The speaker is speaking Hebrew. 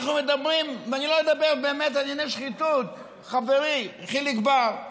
אני לא מדבר על ענייני שחיתות, חברי חיליק בר.